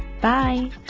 Bye